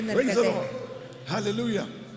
Hallelujah